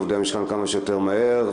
את עובדי המשכן כמה שיותר מהר.